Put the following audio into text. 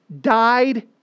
died